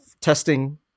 testing